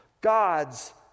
God's